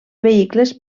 vehicles